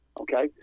Okay